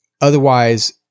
Otherwise